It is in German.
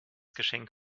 geschenk